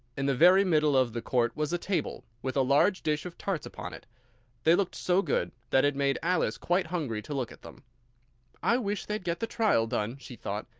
in the very middle of the court was a table, with a large dish of tarts upon it they looked so good, that it made alice quite hungry to look at them i wish they'd get the trial done, she thought,